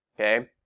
Okay